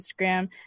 Instagram